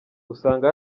usanga